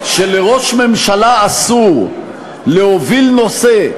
שלראש ממשלה אסור להוביל נושא,